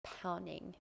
pounding